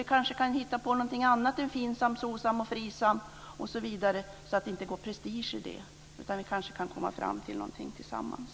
Vi kanske kan hitta på något annat än FINSAM, SOCSAM och FRISAM, så att det inte går prestige i det. Vi kanske kan komma fram till något tillsammans.